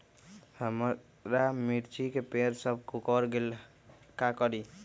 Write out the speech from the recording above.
हमारा मिर्ची के पेड़ सब कोकरा गेल का करी?